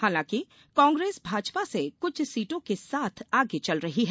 हालांकि कांग्रेस भाजपा से कुछ सीटों के साथ आगे चल रही है